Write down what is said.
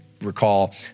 recall